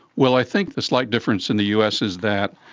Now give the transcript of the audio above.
well, i think the slight difference in the us is that,